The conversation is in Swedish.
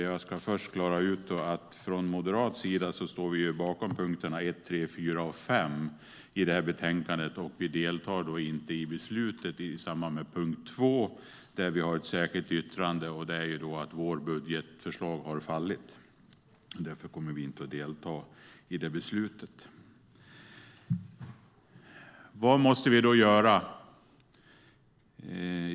Jag ska först klara ut att vi från moderat sida står bakom punkterna 1, 3, 4 och 5 i betänkandet. Vi deltar inte i beslutet i samband med punkt 2, där vi har ett särskilt yttrande. Vårt budgetförslag har fallit, och därför kommer vi inte att delta i beslutet. Vad måste vi då göra?